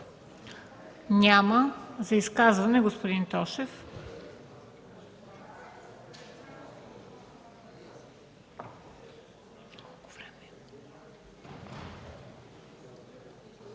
Няма. За изказване – господин Тошев.